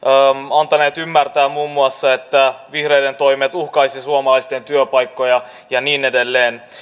antaneet ymmärtää muun muassa että vihreiden toimet uhkaisivat suomalaisten työpaikkoja ja niin edelleen